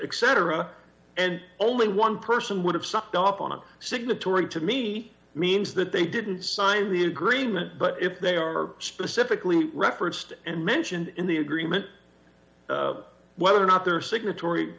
or a and only one person would have sucked up on a signatory to me means that they didn't sign the agreement but if they are specifically referenced and mentioned in the agreement whether or not zero they're signatory